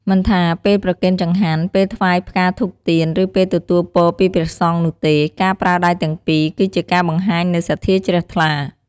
មិនថាពេលប្រគេនចង្ហាន់ ពេលថ្វាយផ្កាធូបទៀន ឬពេលទទួលពរពីព្រះសង្ឃនោះទេ ការប្រើដៃទាំងពីរគឺជាការបង្ហាញនូវសទ្ធាជ្រះថ្លា។